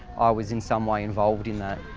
i was in some way involved in that.